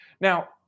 Now